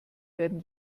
werden